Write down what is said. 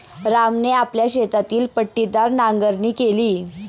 रामने आपल्या शेतातील पट्टीदार नांगरणी केली